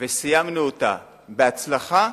וסיימנו אותה בהצלחה,